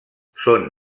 són